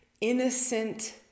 innocent